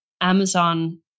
Amazon